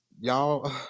Y'all